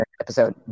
episode